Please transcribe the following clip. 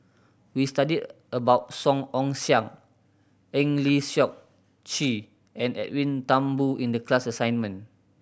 we studied about Song Ong Siang Eng Lee Seok Chee and Edwin Thumboo in the class assignment